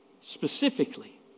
Specifically